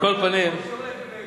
גיאוגרפיה?